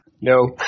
No